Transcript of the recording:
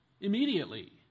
immediately